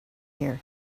here